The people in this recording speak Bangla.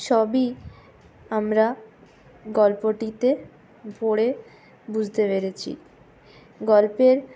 সবই আমরা গল্পটিতে পড়ে বুঝতে পেরেছি গল্পের